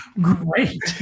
Great